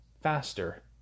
faster